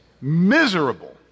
miserable